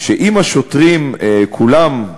שאם השוטרים כולם,